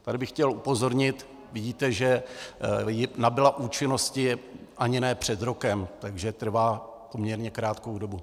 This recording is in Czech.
Tady bych chtěl upozornit, vidíte, že nabyla účinnosti ani ne před rokem, takže trvá poměrně krátkou dobu.